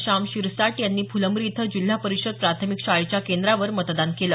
शाम शिरसाट यांनी फुलंब्री इथं जिल्हा परिषद प्राथमिक शाळेच्या केंद्रावर मतदान केलं